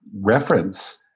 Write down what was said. reference